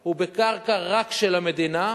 הוא רק בקרקע של המדינה,